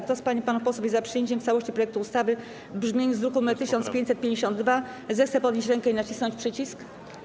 Kto z pań i panów posłów jest za przyjęciem w całości projektu ustawy w brzmieniu z druku nr 1552, zechce podnieść rękę i nacisnąć przycisk.